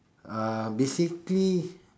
uh basically